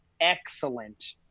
excellent